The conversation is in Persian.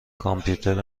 کامپیوتر